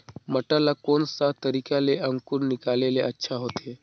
मटर ला कोन सा तरीका ले अंकुर निकाले ले अच्छा होथे?